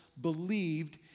believed